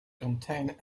contained